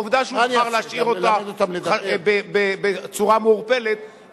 העובדה שהוא בחר להשאיר אותה בצורה מעורפלת,